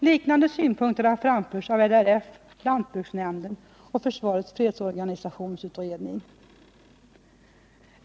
Liknande synpunkter har framförts av LRF, lantbruksnämnden och försvarets fredsorganisationsutredning.